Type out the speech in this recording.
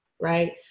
Right